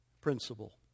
principle